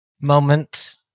moment